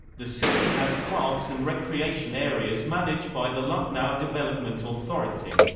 the city has parks and recreation areas managed by the lucknow development authority.